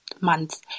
months